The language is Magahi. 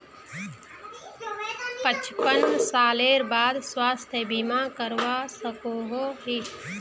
पचपन सालेर बाद स्वास्थ्य बीमा करवा सकोहो ही?